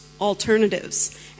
alternatives